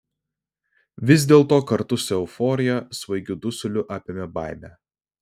vis dėlto kartu su euforija svaigiu dusuliu apėmė baimė